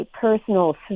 personal